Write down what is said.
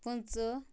پٕنٛژٕہ